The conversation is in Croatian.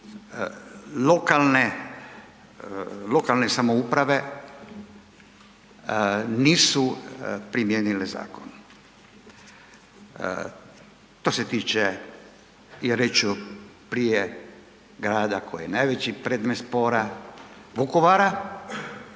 lokalne samouprave nisu primijenile zakon. To se tiče i reći ću prije grada koji je najveći predmet spora, Vukovara,